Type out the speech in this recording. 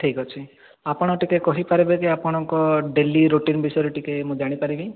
ଠିକ୍ଅଛି ଆପଣ ଟିକିଏ କହିପାରିବେ କି ଆପଣଙ୍କ ଡେଲି ରୁଟିନ୍ ବିଷୟରେ ଟିକିଏ ମୁଁ ଜାଣିପାରିମି